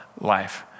life